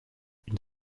une